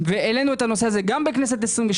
העלינו את הנושא הזה גם בכנסת ה-23.